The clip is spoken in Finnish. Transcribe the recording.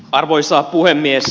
arvoisa puhemies